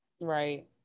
Right